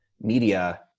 media